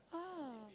!wah!